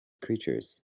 creatures